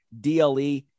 DLE